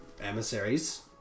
emissaries